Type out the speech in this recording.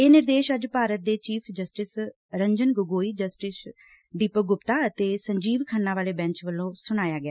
ਇਹ ਨਿਰਦੇਸ਼ ਅੱਜ ਭਾਰਤ ਦੇ chief justice Ranjan Gogoi justice Deepak Gupta ਅਤੇ ਸੰਜੀਵ ਖੰਨਾ ਵਾਲੇ ਬੈਂਚ ਵੱਲੋਂ ਸੁਣਾਇਆ ਗਿਆ